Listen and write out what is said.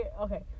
okay